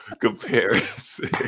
comparison